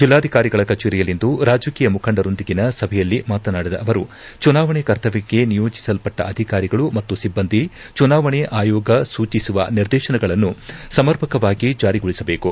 ಜಿಲ್ಲಾಧಿಕಾರಿಗಳ ಕಚೇರಿಯಲ್ಲಿಂದು ರಾಜಕೀಯ ಮುಖಂಡರೊಂದಿಗಿನ ಸಭೆಯಲ್ಲಿ ಮಾತನಾಡಿದ ಅವರು ಜುನಾವಣೆ ಕರ್ತವ್ಯಕ್ಕೆ ನಿಯೋಜಸಲ್ಪಟ್ಟ ಅಧಿಕಾರಿಗಳು ಮತ್ತು ಸಿಬ್ಬಂದಿ ಚುನಾವಣೆ ಆಯೋಗ ಸೂಚಿಸುವ ನಿರ್ದೇಶನಗಳನ್ನು ಸಮರ್ಪಕವಾಗಿ ಜಾರಿಗೊಳಿಸಬೇಕು